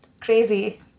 crazy